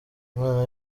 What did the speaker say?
umwana